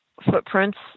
footprints